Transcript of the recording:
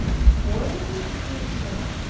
he ordered me to do so.